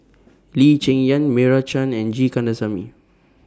Lee Cheng Yan Meira Chand and G Kandasamy